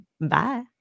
Bye